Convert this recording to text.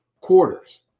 quarters